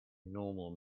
normal